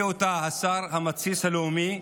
שהביא אותה השר המתסיס הלאומי,